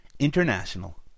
International